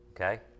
Okay